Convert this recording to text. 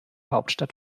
hauptstadt